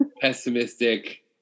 pessimistic